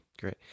Great